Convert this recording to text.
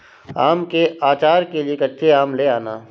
आम के आचार के लिए कच्चे आम ले आना